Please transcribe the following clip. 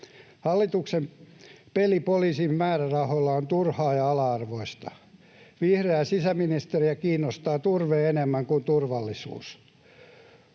Hallituksen peli poliisin määrärahoilla on turhaa ja ala-arvoista. Vihreää sisäministeriä kiinnostaa enemmän turve kuin turvallisuus.